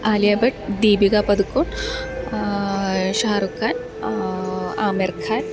Alia Bhatt Deepika Padukone Shah Rukh Khan Aamir Khan